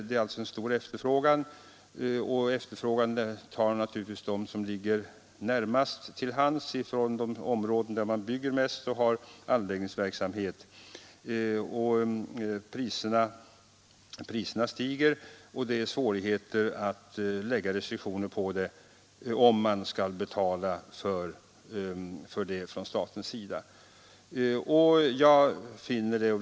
Den stora efterfrågan gör naturligtvis att det tas mest just från de grustäkter som ligger närmast de områden där det förekommer mest byggnadsoch anläggningsverksamhet. Priserna stiger, och det är svårt att lägga restriktioner på grustäktverksamheten om staten blir tvungen att betala ersättning för utebliven grustäkt.